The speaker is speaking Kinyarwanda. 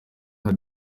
nka